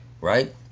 right